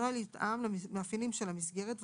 הנוהל יותאם למאפיינים של המסגרת,